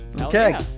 Okay